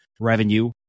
revenue